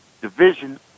division